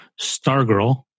Stargirl